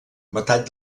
metall